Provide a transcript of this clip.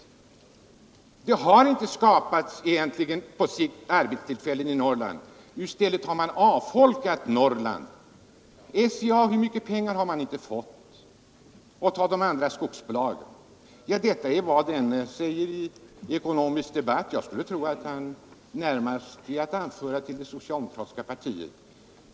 Det har inte skapats nya arbetstillfällen i Norrland; i stället omfattande arbetslöshet och avfolkning av Norrland. Hur mycket pengar har inte skogsbolagen fått! Jag har här citerat vad som sagts i Ekonomisk Debatt. Jag skulle tro att den som skrivit detta närmast är att hänföra till det socialdemokratiska partiet.